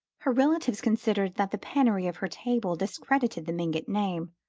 her relatives considered that the penury of her table discredited the mingott name,